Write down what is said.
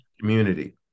community